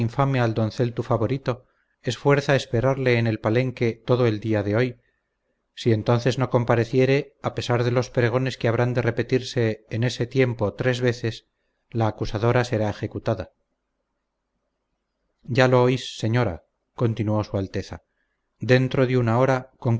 infame al doncel tu favorito es fuerza esperarle en el palenque todo el día de hoy si entonces no compareciere a pesar de los pregones que habrán de repetirse en ese tiempo tres veces la acusadora será ejecutada ya lo oís señora continuó su alteza dentro de una hora